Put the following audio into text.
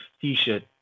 t-shirt